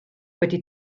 wedi